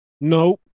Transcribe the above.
No